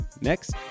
Next